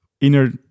inner